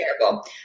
terrible